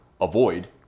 avoid